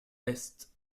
est